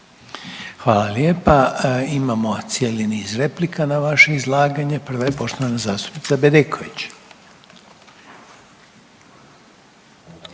Hvala lijepa. Imamo cijeli niz replika na vaše izlaganje, prva je poštovana zastupnica Bedeković.